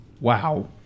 Wow